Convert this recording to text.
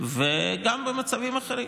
וגם במצבים אחרים.